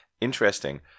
Interesting